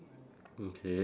okay